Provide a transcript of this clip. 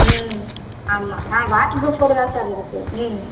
ம் ஆமாம் ஆ வாட்டர் ப்ரூஃப்போட தான் சார் இருக்குது ம்